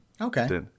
Okay